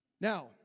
Now